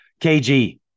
KG